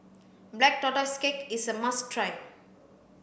black tortoise cake is a must try